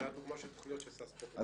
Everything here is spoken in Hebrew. זאת הדוגמה של תכניות ששר הספורט תומך בהן.